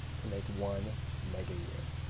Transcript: to make one megayear.